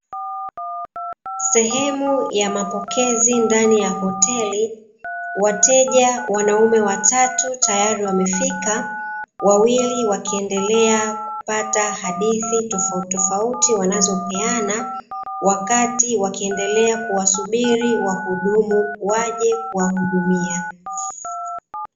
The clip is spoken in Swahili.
Sehemu ya mapokezi ndani ya hoteli wateja wanaume watatu tayari wamefika ,wawili wakiendelea kupata hadithi tofauti tofauti wanazopeana ,wakati wakiendelea kuwasubiri wahudumu waje kuwahudumia.